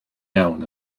iawn